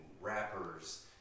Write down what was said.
rappers